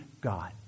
God